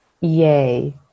yay